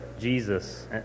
Jesus